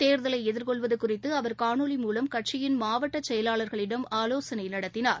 தேர்தலை எதிர்கொள்வது குறித்து அவர் காணொலி மூலம் கட்சியின் மாவட்ட செயலாளர்களிடம் ஆலோசனை நடத்தினார்